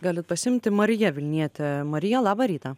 galit pasiimti marija vilnietė marija labą rytą